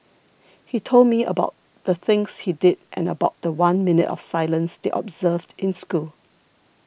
he told me about the things he did and about the one minute of silence they observed in school